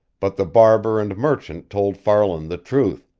but the barber and merchant told farland the truth,